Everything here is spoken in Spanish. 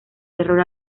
error